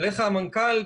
אליך המנכ"ל,